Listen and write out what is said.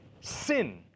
sin